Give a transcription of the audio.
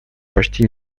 почти